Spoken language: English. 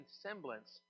semblance